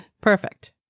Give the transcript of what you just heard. perfect